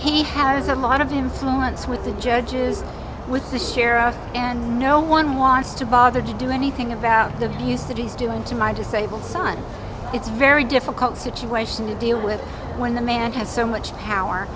he has a lot of influence with the judges with the sheriffs and no one wants to bother to do anything about the views that he's doing to my disabled son it's very difficult situation to deal with when the man has so much power